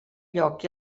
lloc